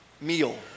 meal